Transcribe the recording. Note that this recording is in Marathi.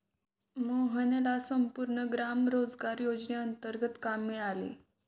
मोहनला संपूर्ण ग्राम रोजगार योजनेंतर्गत काम मिळाले